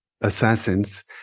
assassins